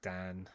Dan